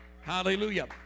Hallelujah